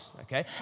okay